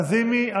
לזימי,